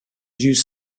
used